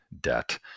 debt